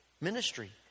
Ministry